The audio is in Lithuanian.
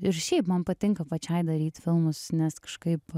ir šiaip man patinka pačiai daryt filmus nes kažkaip